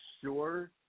sure